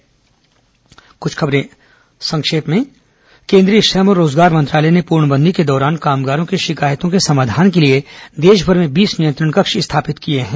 संक्षिप्त समाचार खबरें संक्षिप्त में केंद्रीय श्रम और रोजगार मंत्रालय ने पूर्णबंदी के दौरान कामगारों की शिकायतों के समाधान के लिए देशभर में बीस नियंत्रण कक्ष स्थापित किए हैं